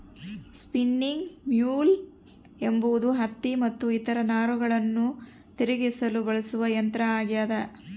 spinning mule ಎಂಬುದು ಹತ್ತಿ ಮತ್ತು ಇತರ ನಾರುಗಳನ್ನು ತಿರುಗಿಸಲು ಬಳಸುವ ಯಂತ್ರ ಆಗ್ಯದ